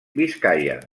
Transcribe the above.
biscaia